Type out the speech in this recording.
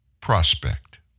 prospect